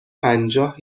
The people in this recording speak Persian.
پنجاه